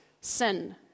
sin